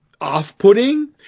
off-putting